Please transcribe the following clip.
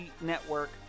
Network